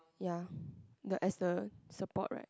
ya the as the support right